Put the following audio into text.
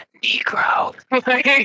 Negro